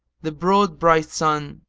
the broad bright sun,